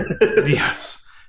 Yes